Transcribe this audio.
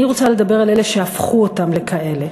אני רוצה לדבר על אלה שהפכו אותם לכאלה,